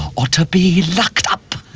ought to be locked up.